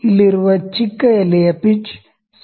ಇಲ್ಲಿರುವ ಚಿಕ್ಕ ಎಲೆಯ ಪಿಚ್ 0